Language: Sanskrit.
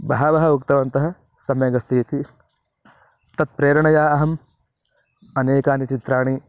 बहवः उक्तवन्तः सम्यगस्तीति तत्प्रेरणया अहं अनेकानि चित्राणि